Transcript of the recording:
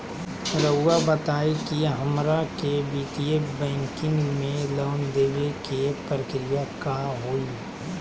रहुआ बताएं कि हमरा के वित्तीय बैंकिंग में लोन दे बे के प्रक्रिया का होई?